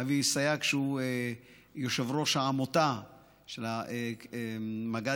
אבי סייג, שהוא יושב-ראש העמותה של המח"טים,